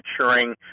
maturing